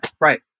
Right